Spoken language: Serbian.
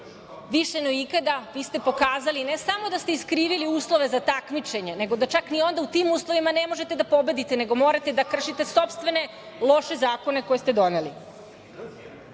Više no ikada vi ste pokazali ne samo da ste iskrivili uslove za takmičenje, nego da čak ni onda u tim uslovima ne možete da pobedite, nego morate da kršite sopstvene loše zakone koje ste doneli. To